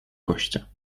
gościa